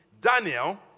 Daniel